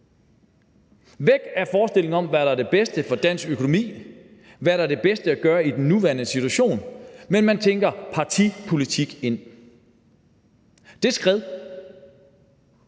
Væk er forestillingen om, hvad der er det bedste for dansk økonomi, og hvad der er det bedste at gøre i den nuværende situation; man tænker partipolitik ind i det.